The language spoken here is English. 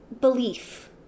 belief